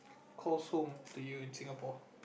calls home to you in Singapore